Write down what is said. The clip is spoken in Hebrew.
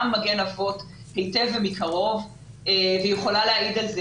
מגן אבות היטב ומקרוב ו היא יכולה להעיד על כך.